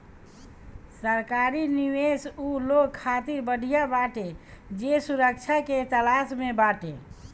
सरकारी निवेश उ लोग खातिर बढ़िया बाटे जे सुरक्षा के तलाश में बाटे